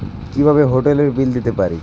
কিভাবে হোটেলের বিল দিতে পারি?